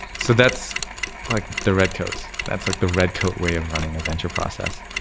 so, that's like the redcoats. that's like the redcoat way of running a venture process.